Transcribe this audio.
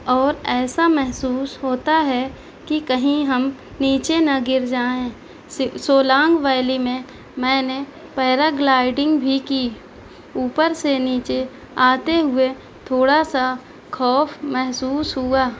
اور ایسا محسوس ہوتا ہے کہ کہیں ہم نیچے نہ گر جائیں سولانگ ویلی میں میں نے پیراگلائڈنگ بھی کی اوپر سے نیچے آتے ہوئے تھوڑا سا خوف محسوس ہوا